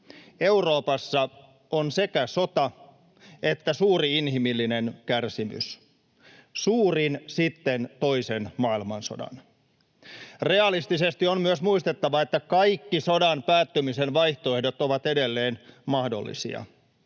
Euroopassa on sekä sota että suuri inhimillinen kärsimys, suurin sitten toisen maailmansodan. Realistisesti on myös muistettava, että kaikki sodan päättymisen vaihtoehdot ovat edelleen mahdollisia